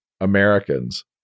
americans